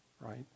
right